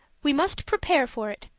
we must prepare for it,